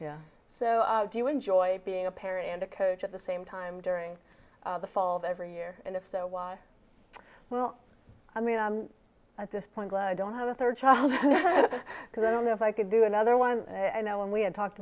yeah so do you enjoy being a parent and a coach at the same time during the fall of every year and if so why well i mean i'm at this point glad i don't have a third child because i don't know if i could do another one and i know when we had talked